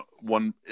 one